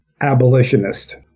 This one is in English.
abolitionist